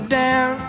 down